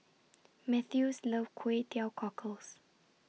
Mathews loves Kway Teow Cockles